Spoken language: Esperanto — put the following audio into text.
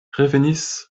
revenis